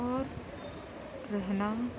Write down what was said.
اور رہنا